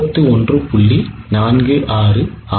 46 ஆகும்